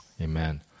Amen